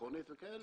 ביטחונית וכאלה,